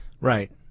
Right